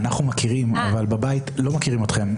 אנחנו מכירים אבל בבית לא מכירים אתכם,